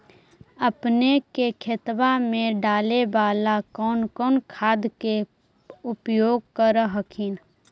अपने के खेतबा मे डाले बाला कौन कौन खाद के उपयोग कर हखिन?